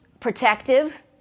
protective